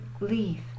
leave